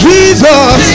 Jesus